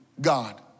God